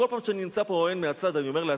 כל פעם שאני נמצא פה ורואה מהצד, אני אומר לעצמי: